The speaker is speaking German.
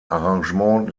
arrangement